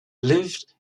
lived